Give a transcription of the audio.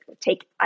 take